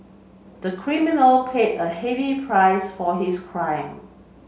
the criminal paid a heavy price for his crime